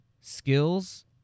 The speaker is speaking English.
skills